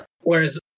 Whereas